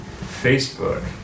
Facebook